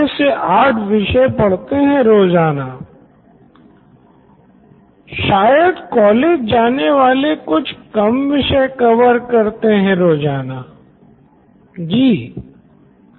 ६ से ८ विषय पढ़ते है रोज़ाना प्रोफेसर शायद कॉलेज जाने वाले कुछ कम विषय कवर करते है रोज़ाना Nitin Kurian COO Knoin electronics जी प्रोफेसर ओके तो अब मैं समझा